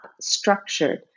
structured